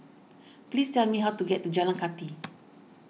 please tell me how to get to Jalan Kathi